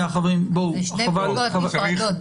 אלה שתי בדיקות נפרדות.